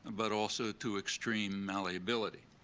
but also to extreme malleability.